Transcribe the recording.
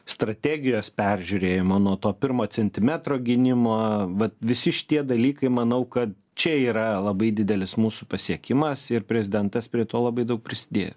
strategijos peržiūrėjimo nuo to pirmo centimetro gynimo vat visi šitie dalykai manau kad čia yra labai didelis mūsų pasiekimas ir prezidentas prie to labai daug prisidėjo